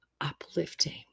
uplifting